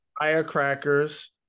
firecrackers